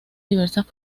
diversas